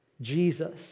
Jesus